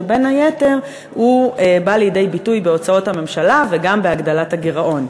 שבין היתר הוא בא לידי ביטוי בהוצאות הממשלה וגם בהגדלת הגירעון,